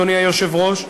אדוני היושב-ראש,